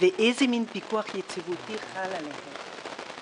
ואיזה מין פיקוח יציבותי חל עליהם.